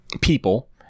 people